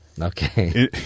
Okay